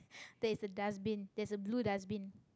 there is a dustbin there is a blue dustbin